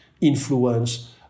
influence